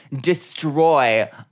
destroy